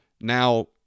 Now